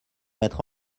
mettre